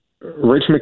Rich